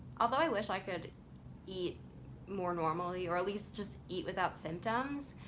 although i wish i could eat more normally or at least just eat without symptoms.